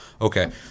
okay